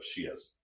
Shias